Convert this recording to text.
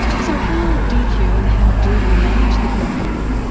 so how did you and how do you manage the crying then?